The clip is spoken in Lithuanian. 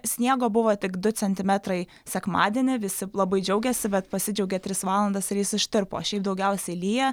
sniego buvo tik du centimetrai sekmadienį visi labai džiaugėsi bet pasidžiaugė tris valandas ir jis ištirpo šiaip daugiausia lyja